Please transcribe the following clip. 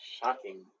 shocking